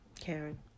Karen